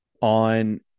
on